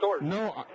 No